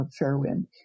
Fairwind